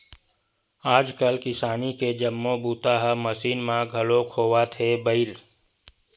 आजकाल किसानी के जम्मो बूता ह मसीन म घलोक होवत हे बइर